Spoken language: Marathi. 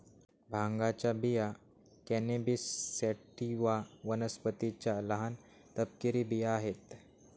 भांगाच्या बिया कॅनॅबिस सॅटिवा वनस्पतीच्या लहान, तपकिरी बिया आहेत